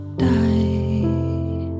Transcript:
die